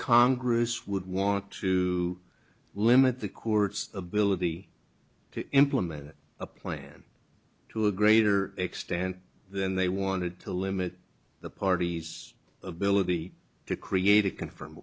congress would want to limit the court's ability to implement a plan to a greater extent than they wanted to limit the parties ability to create a confirm